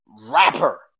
rapper